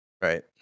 Right